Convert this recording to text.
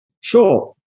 Sure